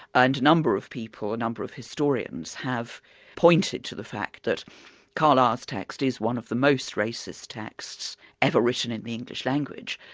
ah and a number of people, a number of historians, have pointed to the fact that carlyle's text is one of the most racist texts ever written in the english language,